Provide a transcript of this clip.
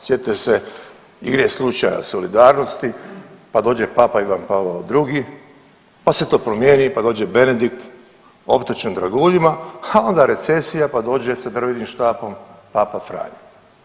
Sjetite se ili slučaja solidarnosti pa dođe Papa Ivan Pavao II. pa se to promijeni, pa dođe Benedikt optočen draguljima, a onda recesija pa dođe sa drvenim štapom Papa Franjo.